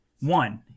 One